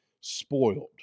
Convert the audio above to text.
spoiled